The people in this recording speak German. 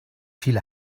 viele